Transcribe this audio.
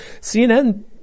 CNN